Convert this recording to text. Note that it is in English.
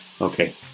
Okay